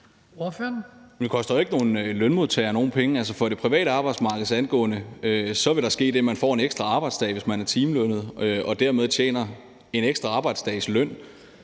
Det koster ikke nogen lønmodtagere penge. Altså, angående det private arbejdsmarked vil der ske det, at man får en ekstra arbejdsdag, hvis man er timelønnet, og dermed tjener en ekstra arbejdsdags løn.